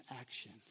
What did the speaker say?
action